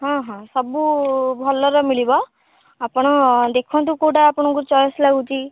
ହଁ ହଁ ସବୁ ଭଲର ମିଳିବ ଆପଣ ଦେଖନ୍ତୁ କେଉଁଟା ଆପଣଙ୍କୁ ଚଏସ୍ ଲାଗୁଛି